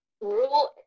Rule